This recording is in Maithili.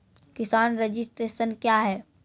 किसान रजिस्ट्रेशन क्या हैं?